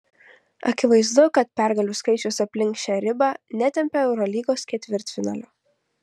akivaizdu kad pergalių skaičius aplink šią ribą netempia eurolygos ketvirtfinalio